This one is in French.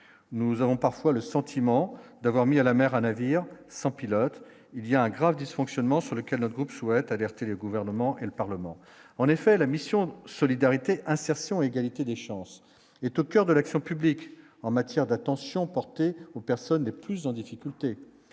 nous avons parfois le sentiment d'avoir mis à la mer à navire sans pilote, il y a un grave dysfonctionnement sur lequel notre groupe souhaite alerter le gouvernement et le Parlement en effet la mission Solidarité un certain. Son égalité des chances. Il est au coeur de l'action publique en matière d'attention portée aux personnes les plus en difficulté,